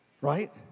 right